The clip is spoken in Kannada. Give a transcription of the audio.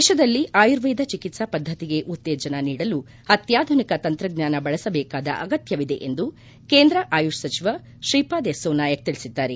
ದೇಶದಲ್ಲಿ ಆಯುರ್ವೇದ ಚಿಕಿತ್ವಾ ಪದ್ಲತಿಗೆ ಉತ್ತೇಜನ ನೀಡಲು ಅತ್ಲಾಧುನಿಕ ತಂತ್ರಜ್ಞಾನ ಬಳಸದೇಕಾದ ಅಗತ್ನವಿದೆ ಎಂದು ಕೇಂದ್ರ ಆಯುಷ್ ಸಚಿವ ಶೀಪಾದ್ ಯೆಸ್ತೊ ನಾಯಕ್ ತಿಳಿಸಿದ್ದಾರೆ